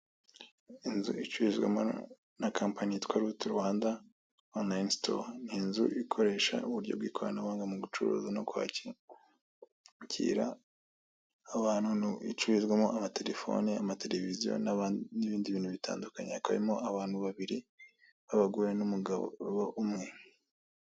Inzu icururizwamo na kampani yitwa ruti Rwanda onurayini sitowa. Ni inzu ikoresha uburyo bw'ikoranabuhanga mu gucuruza no kwakira abantu. Icururizwamo amatelefoni, amateleviziyo n'ibindi bintu bitandukanye. Hakaba harimo abantu babiri n'abagore n'umugabo umwe.